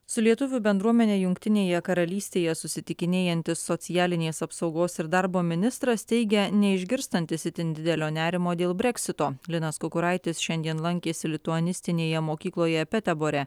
su lietuvių bendruomene jungtinėje karalystėje susitikinėjantis socialinės apsaugos ir darbo ministras teigia neišgirstantis itin didelio nerimo dėl breksito linas kukuraitis šiandien lankėsi lituanistinėje mokykloje petebore